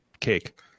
cake